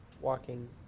walking